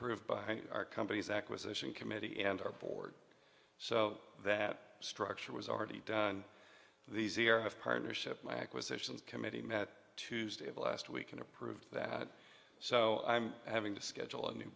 approved by our company's acquisition committee and our board so that structure was already in the zeer of partnership my acquisitions committee met tuesday of last week and approved that so i'm having to schedule a new